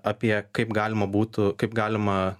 apie kaip galima būtų kaip galima